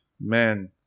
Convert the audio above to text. Man